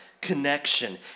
connection